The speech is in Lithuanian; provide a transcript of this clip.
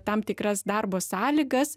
tam tikras darbo sąlygas